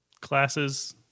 classes